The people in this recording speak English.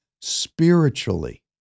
spiritually